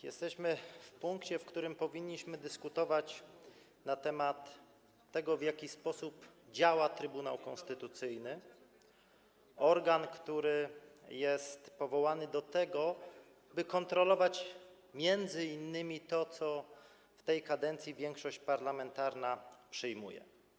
Jesteśmy w punkcie, w którym powinniśmy dyskutować na temat tego, w jaki sposób działa Trybunał Konstytucyjny, organ, który jest powołany do tego, by kontrolować m.in. to, co w tej kadencji większość parlamentarna przyjmuje.